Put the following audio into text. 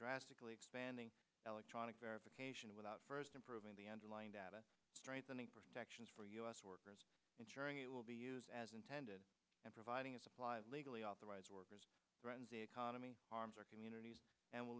drastically expanding electronic verification without first improving the underlying data strengthening protections for u s workers ensuring it will be used as intended and providing a supply of legally authorized workers runs the economy harms our communities and w